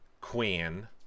queen